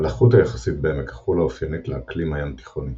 הלחות היחסית בעמק החולה אופיינית לאקלים הים התיכוני,